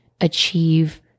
achieve